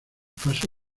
fase